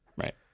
Right